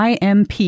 IMP